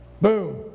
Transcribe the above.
boom